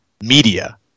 media